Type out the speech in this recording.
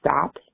stop